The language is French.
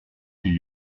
qu’il